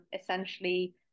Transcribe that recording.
essentially